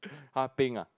!huh! pink ah